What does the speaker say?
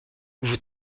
vous